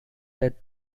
that